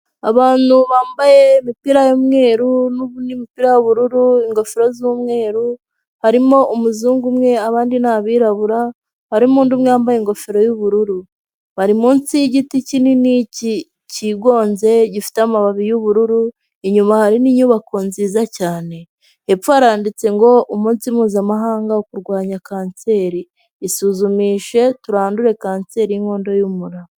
Abantu bambaye imipira y'umweru nu n'imipira y'ubururu ingofero z'umweru harimo umuzungu umwe abandi ni abirabura harimo undi umwe wambaye ingofero y'ubururu, bari munsi y'igiti kinini kigonze gifite amababi y'ubururu inyuma hari n'inyubako nziza cyane, hepfo haranditse ngo umunsi mpuzamahanga wo kurwanya kanseri, isuzumishe turandure kanseri y'inkondo y'umura.